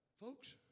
folks